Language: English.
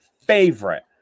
favorite